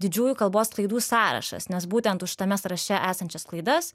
didžiųjų kalbos klaidų sąrašas nes būtent už tame sąraše esančias klaidas